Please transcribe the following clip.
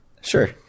sure